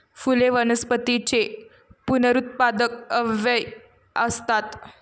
फुले वनस्पतींचे पुनरुत्पादक अवयव असतात